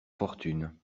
fortune